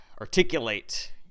articulate